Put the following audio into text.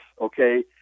okay